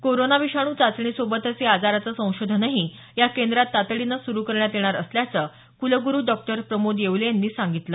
corona विषाणू चाचणी सोबतच या आजाराचं संशोधनही या केंद्रात तातडीने सुरू करण्यात येणार असल्याचं क्लग्रू डॉक्टर प्रमोद येवले यांनी सांगितलं